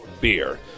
beer